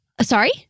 Sorry